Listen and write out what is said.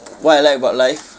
what I like about life